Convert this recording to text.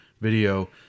video